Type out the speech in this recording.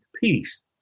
peace